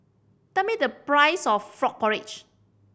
tell me the price of frog porridge